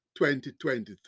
2023